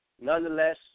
Nonetheless